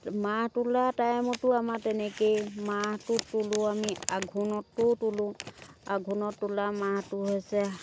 মাহ তোলা টাইমতো আমাৰ তেনেকৈয়ে মাহটো তোলোঁ আমি আঘোণতো তোলোঁ আঘোণত তোলা মাহটো হৈছে